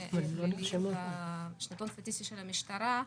הפליליים בשנתון סטטיסטי של המשטרה,